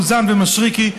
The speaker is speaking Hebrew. אוזן ומשרקי.